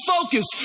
focus